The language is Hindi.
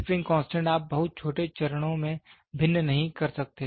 स्प्रिंग कांस्टेंट आप बहुत छोटे चरणों में भिन्न नहीं कर सकते